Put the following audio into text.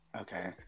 Okay